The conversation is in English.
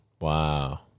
Wow